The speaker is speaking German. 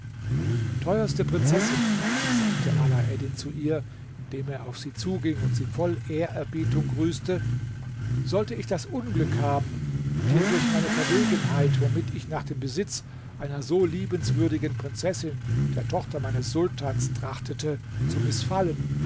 teuerste prinzessin sagte alaeddin zu ihr indem er auf sie zuging und sie voll ehrerbietung begrüßte sollte ich das unglück haben dir durch meine verwegenheit womit ich nach dem besitz einer so liebenswürdigen prinzessin der tochter meines sultans trachtete zu mißfallen